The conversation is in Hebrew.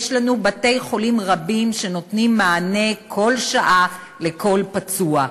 יש לנו בתי-חולים רבים שנותנים מענה כל שעה לכל פצוע.